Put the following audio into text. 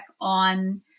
on